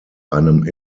einem